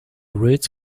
roots